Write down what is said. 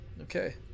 Okay